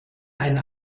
einen